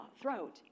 throat